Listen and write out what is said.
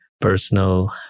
personal